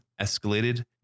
escalated